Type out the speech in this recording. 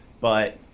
but